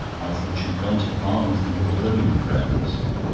i thought you had gone to barmouth with your birmingham friends?